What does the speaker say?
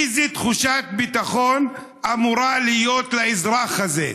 איזו תחושת ביטחון אמורה להיות לאזרח הזה?